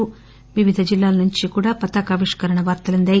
రాష్టంలో వివిధ జిల్లాల నుంచి కూడా పతాకావిష్కరణ వార్తలు అందాయి